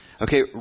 Okay